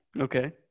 Okay